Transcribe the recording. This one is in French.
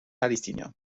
palestiniens